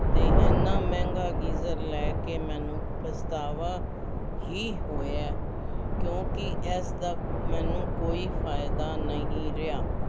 ਅਤੇ ਇੰਨਾਂ ਮਹਿੰਗਾ ਗੀਜ਼ਰ ਲੈ ਕੇ ਮੈਨੂੰ ਪਛਤਾਵਾ ਹੀ ਹੋਇਆ ਕਿਉਂਕਿ ਇਸ ਦਾ ਮੈਨੂੰ ਕੋਈ ਫਾਇਦਾ ਨਹੀਂ ਰਿਹਾ